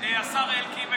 השר אלקין,